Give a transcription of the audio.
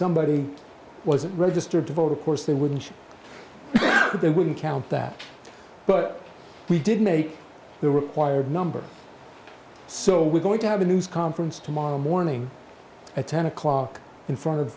somebody wasn't registered to vote of course they wouldn't they wouldn't count that but we did make the required number so we're going to have a news conference tomorrow morning at ten o'clock in front of